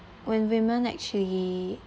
when women actually